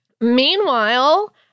Meanwhile